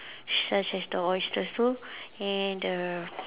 such as the oysters too and the